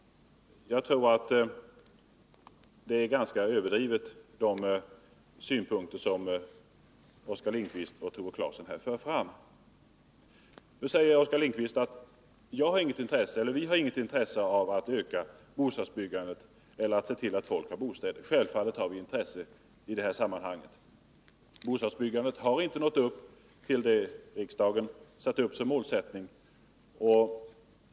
Jagtror att de synpunkter som Oskar Lindkvist och Tore Claeson här framför är ganska överdrivna. Oskar Lindkvist säger att vi inte har något intresse av att öka bostadsbyggandet eller av att se till att folk har bostäder. Självfallet har vi det. Bostadsbyggandet har inte nått upp till vad riksdagen angett som målsättning.